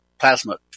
plasma